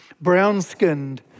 brown-skinned